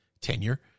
tenure